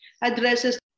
addresses